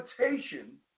invitation